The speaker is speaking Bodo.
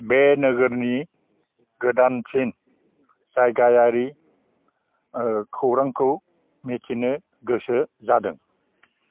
बे नोगोरनि गोदानसिन जायगायारि खौरांखौ मिथिनो गोसो जादों